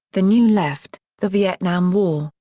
the new left, the vietnam war,